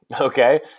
okay